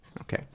Okay